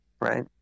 right